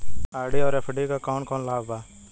RD और FD क कौन कौन लाभ बा?